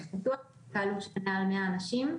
בשטח פתוח ובהתקהלות של מעל 100 אנשים.